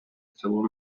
цілу